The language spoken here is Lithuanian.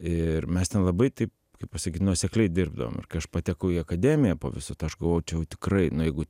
ir mes ten labai tai kaip pasakyt nuosekliai dirbdavom ir kai aš patekau į akademiją po viso to aš galvojau čia jau tikrai nu jeigu